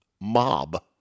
mob